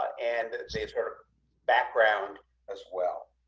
and sees her background as well.